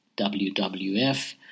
WWF